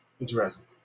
Interesting